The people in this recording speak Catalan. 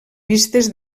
vistes